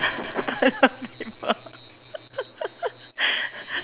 toilet paper